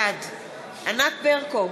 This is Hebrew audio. בעד ענת ברקו,